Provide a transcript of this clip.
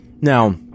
Now